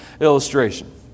illustration